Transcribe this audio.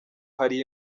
hari